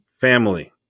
family